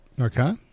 Okay